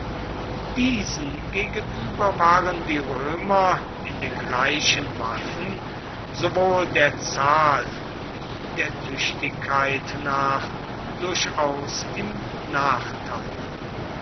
diesen gegenüber waren die römer in den gleichen waffen sowohl der zahl wie der tüchtigkeit nach durchaus im nachteil